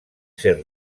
ser